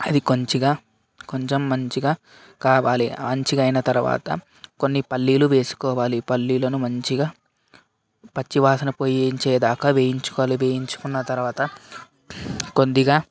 అది కొంచిగా కొంచెం మంచిగా కావాలి మంచిగా అయిన తర్వాత కొన్ని పల్లీలు వేసుకోవాలి పల్లీలను మంచిగా పచ్చివాసన పోయి ఇచ్చేదాకా వేయించుకోవాలి వేయించుకున్న తర్వాత కొద్దిగా